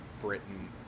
Britain